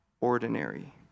ordinary